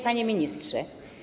Panie Ministrze!